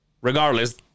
Regardless